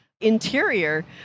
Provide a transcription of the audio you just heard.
interior